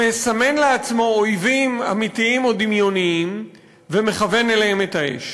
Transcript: מסמן לעצמו אויבים אמיתיים או דמיוניים ומכוון אליהם את האש.